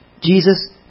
Jesus